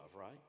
right